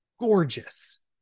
gorgeous